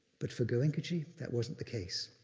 but for goenkaji that wasn't the case.